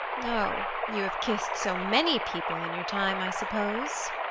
oh, you have kissed so many people in your time, i suppose.